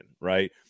right